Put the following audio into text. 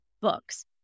books